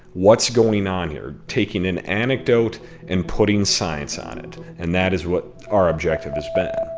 what's going on here? taking an anecdote and putting science on it. and that is what our objective has been